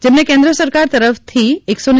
જેમને કેન્દ્ર સરકાર તરફથી રૂ